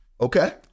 Okay